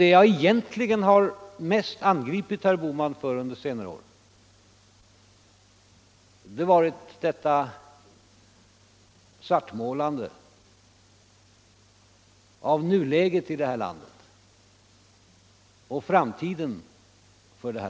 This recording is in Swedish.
Det jag egentligen mest har angripit herr Bohman för under senare år har varit detta svartmålande av nuläget i detta land och dess framtid.